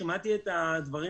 שמעתי את הדברים